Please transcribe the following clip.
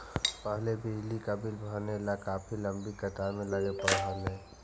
पहले बिजली का बिल भरने ला काफी लंबी कतार में लगे पड़अ हलई